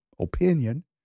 opinion